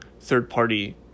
third-party